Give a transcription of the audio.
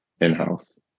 in-house